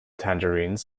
tangerines